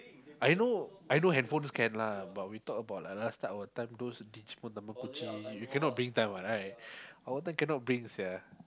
I know I know handphones can lah but we talk about like last time our time those Digimon Tamagochi you cannot bring time what right our time cannot bring sia